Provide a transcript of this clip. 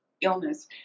illness